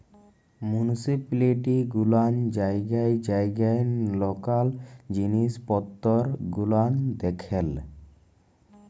municipality গুলান জায়গায় জায়গায় লকাল জিলিস পত্তর গুলান দেখেল